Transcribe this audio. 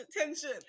attention